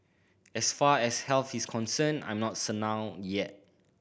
as far as health is concerned I'm not senile yet